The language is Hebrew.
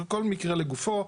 זה כל מקרה לגופו.